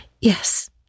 Yes